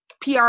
PR